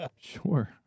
Sure